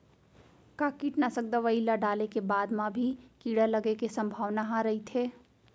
का कीटनाशक दवई ल डाले के बाद म भी कीड़ा लगे के संभावना ह रइथे?